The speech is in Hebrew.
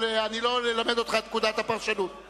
אבל אני לא אלמד אותך את פקודת הפרשנות.